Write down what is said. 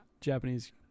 Japanese